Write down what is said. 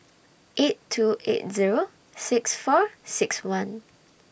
eight two eight Zero six four six one